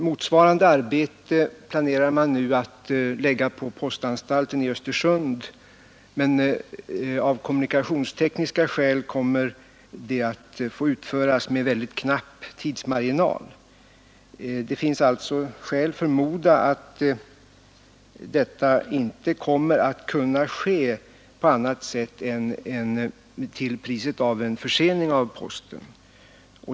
Motsvarande arbete planerar man nu att lägga på postanstalten i Östersund, men av kommunikationstekniska skäl kommer det att få utföras med mycket knapp tidsmarginal. Det finns alltså skäl förmoda att denna förändring inte kan ske på annat sätt än till priset av en försening av posten.